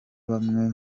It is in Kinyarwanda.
bamwe